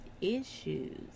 issues